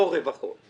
רווח הון.